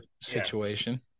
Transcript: situation